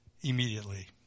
immediately